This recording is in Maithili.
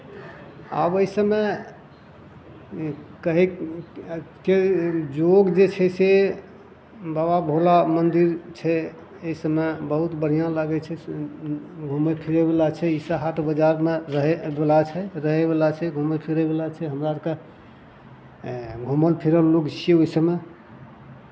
आब एहि सभमे कहयके जोग जे छै से बाबा भोला मन्दिर छै एहि सभमे बहुत बढ़िआँ लागै छै घूमय फिरयवला छै ईसभ हाट बाजारमे रहयवला छै रहयवला छै घूमय फिरयवला छै हमरा अरके घूमल फिरल लोक छियै ओहि सभमे